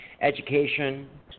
education